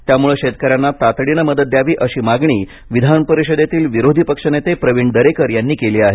त्यामुळं शेतकऱ्यांना तातडीनं मदत द्यावी अशी मागणी विधान परिषदेतील विरोधी पक्ष नेते प्रवीण दरेकर यांनी केली आहे